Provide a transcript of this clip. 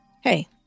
Hey